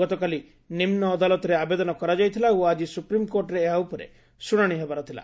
ଗତକାଲି ନିମୁ ଅଦାଲତରେ ଆବେଦନ କରାଯାଇଥିଲା ଓ ଆଳି ସୁପ୍ରିମ୍କୋର୍ଟରେ ଏହା ଉପରେ ଶୁଣାଣି ହେବାର ଥିଲା